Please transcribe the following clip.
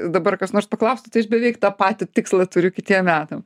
dabar kas nors paklaustų tai aš beveik tą patį tikslą turiu kitiem metam